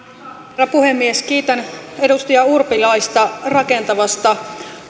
rouva puhemies kiitän edustaja urpilaista rakentavasta